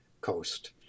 coast